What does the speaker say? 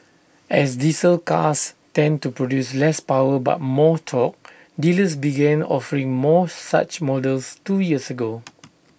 as diesel cars tend to produce less power but more tor dealers begin offering more such models two years ago